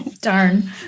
Darn